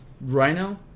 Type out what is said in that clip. Rhino